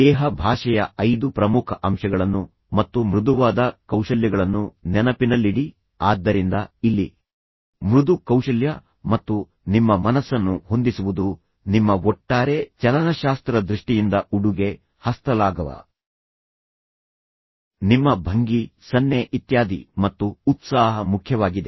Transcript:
ದೇಹ ಭಾಷೆಯ ಐದು ಪ್ರಮುಖ ಅಂಶಗಳನ್ನು ಮತ್ತು ಮೃದುವಾದ ಕೌಶಲ್ಯಗಳನ್ನು ನೆನಪಿನಲ್ಲಿಡಿ ಆದ್ದರಿಂದ ಇಲ್ಲಿ ಮೃದು ಕೌಶಲ್ಯ ಮತ್ತು ನಿಮ್ಮ ಮನಸ್ಸನ್ನು ಹೊಂದಿಸುವುದು ನಿಮ್ಮ ಒಟ್ಟಾರೆ ಚಲನಶಾಸ್ತ್ರದ ದೃಷ್ಟಿಯಿಂದ ಉಡುಗೆ ಹಸ್ತಲಾಘವ ನಿಮ್ಮ ಭಂಗಿ ಸನ್ನೆ ಇತ್ಯಾದಿ ಮತ್ತು ಉತ್ಸಾಹ ಮುಖ್ಯವಾಗಿದೆ